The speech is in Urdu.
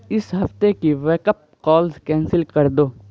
اس ہفتے کی ویک اپ کالز کینسل کر دو